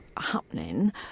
happening